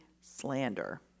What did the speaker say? slander